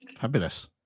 Fabulous